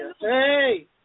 Hey